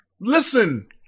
Listen